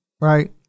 right